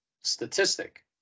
statistic